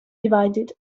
divided